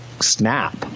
snap